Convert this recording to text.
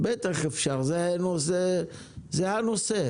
בבקשה, זה הנושא.